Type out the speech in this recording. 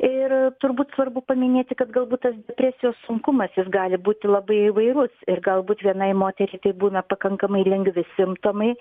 ir turbūt svarbu paminėti kad galbūt tas depresijos sunkumas jis gali būti labai įvairus ir galbūt vienai moteriai tai būna pakankamai lengvi simptomai